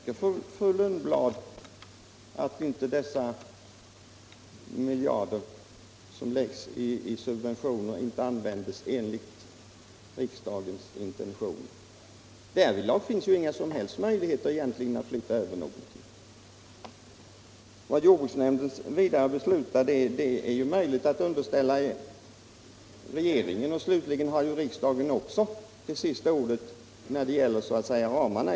Herr talman! Jag skulle vilja fråga: Menar fru Lundblad att inte dessa miljarder som läggs i subventioner används enligt riksdagens intentioner? Därvidlag finns inga som helst möjligheter att flytta över någonting. Vad jordbruksnämnden beslutar är möjligt att underställa regeringen, och slutligen riksdagen, i varje fall när det gäller ramarna.